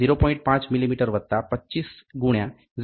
5 millimetre વત્તા 25 ગુણ્યા 0